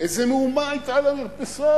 איזה מהומה היתה על המרפסות.